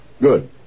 Good